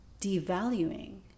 devaluing